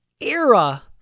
era